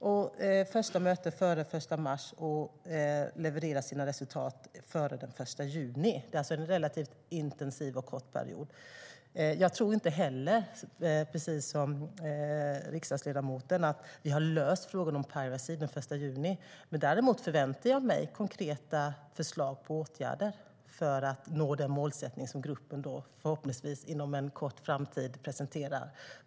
Det första mötet ska hållas före den 1 mars, och gruppen ska leverera sina resultat före den 1 juni. Det är alltså en relativt intensiv och kort period. Jag tror, precis som riksdagsledamoten, inte att vi har löst frågan om piracy den 1 juni. Däremot förväntar jag mig konkreta förslag på åtgärder för att nå den målsättning som gruppen förhoppningsvis inom en snar framtid presenterar.